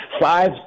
five